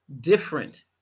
different